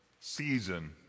season